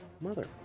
Mother